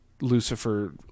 Lucifer